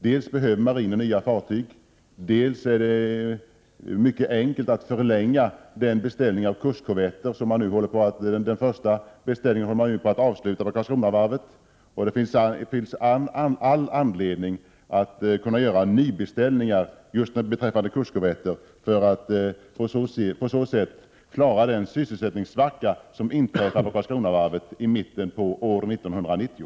Dels behöver marinen nya fartyg, dels är det mycket enkelt att förlänga den första beställning av kustkorvetter som man nu håller på att avsluta på Karlskronavarvet, dels finns det alla skäl att göra nya beställningar just beträffande kustkorvetter för att på så sätt klara den sysselsättningssvacka som inträder på Karlskronavarvet i mitten av år 1990.